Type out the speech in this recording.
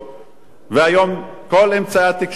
והיום כל אמצעי התקשורת פשוטים,